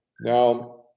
Now